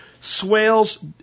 Swales